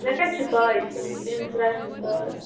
مےٚ کتہٕ چھِ پےَ ژےٚ چھےٚ تٔمِس رچمژٕ گاڈٕ